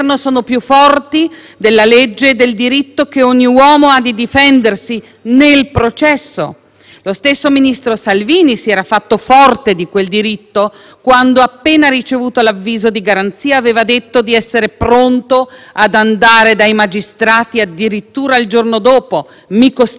Lo stesso ministro Salvini si era fatto forte di quel diritto quando, appena ricevuto l'avviso di garanzia, aveva detto di essere pronto ad andare dai magistrati addirittura il giorno dopo: «Mi costituisco», aveva detto a caldo il Ministro. Ma qualcosa è rapidamente cambiato e Salvini ha deciso che